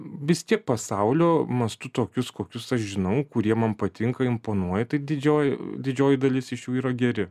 vi tiek pasaulio mastu tokius kokius aš žinau kurie mums patinka imponuoja tai didžioji didžioji dalis iš jų yra geri